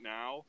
now